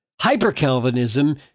hyper-Calvinism